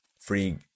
free